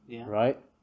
right